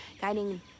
guiding